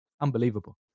Unbelievable